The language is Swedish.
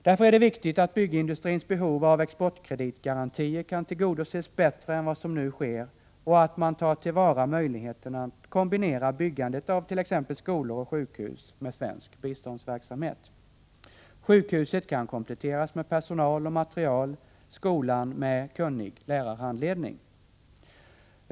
Därför är det viktigt att byggindustrins behov av exportkreditgarantier kan tillgodoses bättre än vad som nu sker och att man tar till vara möjligheten att kombinera byggandet av t.ex. skolor och sjukhus med svensk biståndsverksamhet. Sjukhuset kan kompletteras med personal och materiel, skolan med kunnig lärarhandledning.